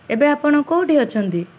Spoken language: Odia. ଏବେ ଆପଣ କେଉଁଠି ଅଛନ୍ତି